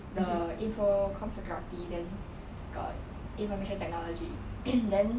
the info comm security then got information technology then